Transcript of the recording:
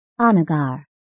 Anagar